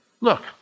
Look